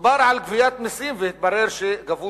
דובר על גביית מסים, והתברר שגבו